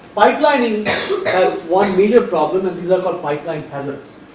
pipelining has one major problem and these are called pipeline hazards,